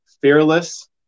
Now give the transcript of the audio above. Fearless